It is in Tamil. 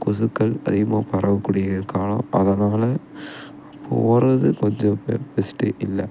கொசுக்கள் அதிகமாக பரவக்கூடிய காலம் அதனால் அப்போ ஓடுறது கொஞ்சம் பெ பெஸ்ட்டு இல்லை